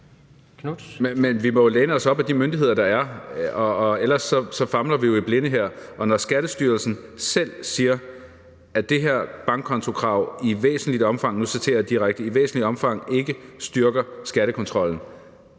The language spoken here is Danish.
Men vi må jo læne os op ad de myndigheder, der er, for ellers famler vi i blinde her, og når Skattestyrelsen selv siger, at det her bankkontokrav i væsentligt omfang – nu citerer jeg direkte – ikke styrker skattekontrollen,